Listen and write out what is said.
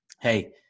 Hey